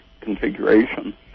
configuration